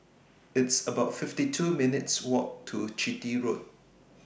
It's about fifty two minutes' Walk to Chitty Road